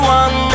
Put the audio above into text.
one